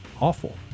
awful